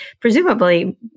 presumably